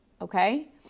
okay